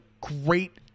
great